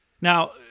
Now